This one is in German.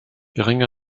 geringe